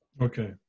Okay